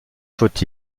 faut